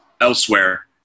elsewhere